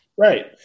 Right